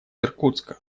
иркутска